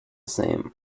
same